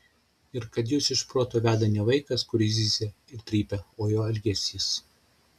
ir kad jus iš proto veda ne vaikas kuris zyzia ir trypia o jo elgesys